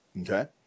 Okay